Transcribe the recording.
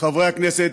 חברי הכנסת,